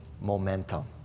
momentum